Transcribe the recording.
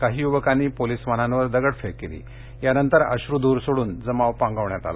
काही युवकांनी पोलीस बाहनांवर दगदफेक केली यानंतर अश्रूध्रूर सोडून जमाव पांगवण्यात आला